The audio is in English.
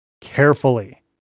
Carefully